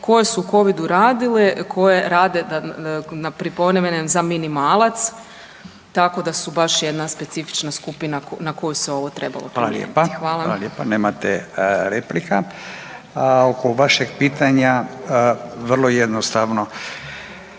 koje su u covidu radile, koje rade ponavljam za minimalac, tako da su baš jedna specifična skupina na koju se ovo trebalo primijeniti. Hvala. **Radin, Furio (Nezavisni)** Hvala lijepa. Nemate replika. Oko vašeg pitanja vrlo jednostavno,